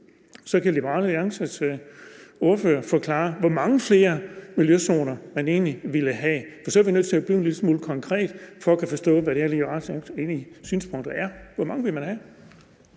Så kan Liberal Alliances ordfører forklare, hvor mange flere miljøzoner man egentlig ville have. For så er vi nødt til at blive en lille smule konkrete for at kunne forstå, hvad Liberal Alliances synspunkt egentlig er. Hvor mange vil man have?